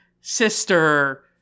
sister